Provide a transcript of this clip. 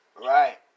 Right